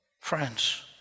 friends